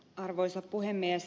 arvoisa puhemies